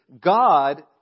God